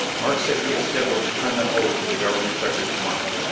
markes says he is scheduled to turn them over to the government checkers to-morrow.